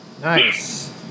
Nice